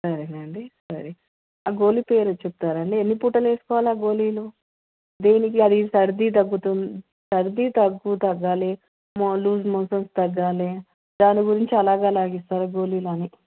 సరే అండి సరే ఆ గోళీ పేరు చెప్తారా అండి ఎన్ని పూటలు వేసుకోవాలి ఆ గోళీలు దేనికి అది సర్ది దగ్గు తుమ్ము సర్ది దగ్గు తగ్గాలి మో లూస్ మోషన్స్ తగ్గాలి దాని గురించి అలాగ్ అలగ్ ఇస్తారు గోళీలు అని